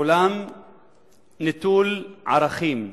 עולם נטול ערכים,